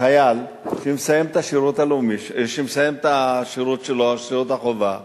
חייל, שמסיים את שירות החובה שלו,